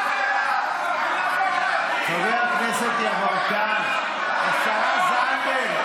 חבר הכנסת יברקן, השרה זנדברג.